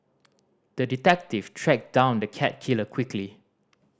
the detective tracked down the cat killer quickly